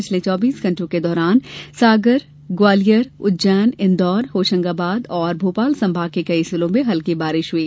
पिछले चौबीस घण्टों के दौरान सागर ग्वालियर उज्जैन इंदौर होशंगाबाद और भोपाल संभाग के कई जिलों में हल्की बारिश हुई